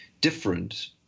different